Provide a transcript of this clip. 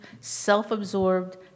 self-absorbed